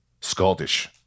Scottish